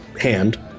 hand